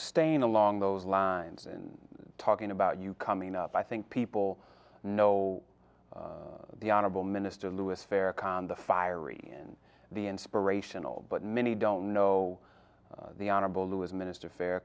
staying along those lines and talking about you coming up i think people know the honorable minister louis farrakhan the fiery and the inspirational but many don't know the honorable louis minister fa